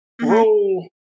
Roll